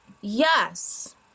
yes